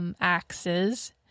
Axes